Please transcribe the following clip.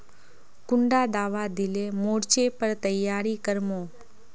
कुंडा दाबा दिले मोर्चे पर तैयारी कर मो?